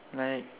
like